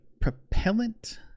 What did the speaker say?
propellant